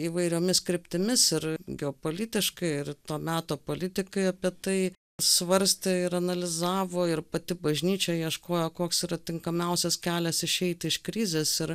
įvairiomis kryptimis ir geopolitiškai ir to meto politikai apie tai svarstė ir analizavo ir pati bažnyčia ieškojo koks yra tinkamiausias kelias išeit iš krizės ir